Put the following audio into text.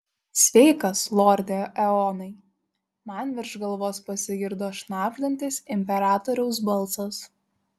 sveikas lorde eonai man virš galvos pasigirdo šnabždantis imperatoriaus balsas